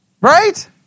Right